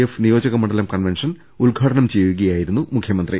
F നിയോജകമണ്ഡലം convention ഉദ്ഘാടനം ചെയ്യു കയായിരുന്നു മുഖ്യമന്ത്രി